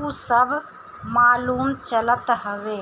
उ सब मालूम चलत हवे